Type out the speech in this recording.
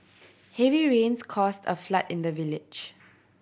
heavy rains caused a flood in the village